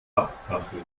abpassen